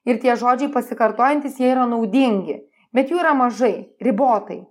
ir tie žodžiai pasikartojantys jie yra naudingi bet jų yra mažai ribotai